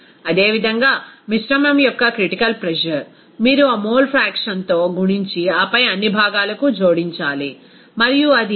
అదేవిధంగా మిశ్రమం యొక్క క్రిటికల్ ప్రెజర్ మీరు ఆ మోల్ ఫ్రాక్షన్ తో గుణించి ఆపై అన్ని భాగాలకు జోడించాలి మరియు అది 101